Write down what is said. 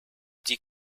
die